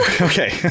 Okay